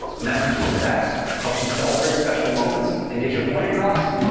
ah messages effects helps you celebrate special moments and get your point cross,